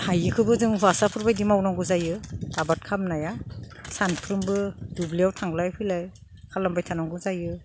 हायिखोबो जों हौवासाफोर बायदि मावनांगौ जायो आबाद खालामनाया सामफ्रोमबो दुब्लियाव थांलाय फैलाय खालामबाय थानांगौ जायो